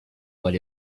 what